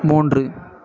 மூன்று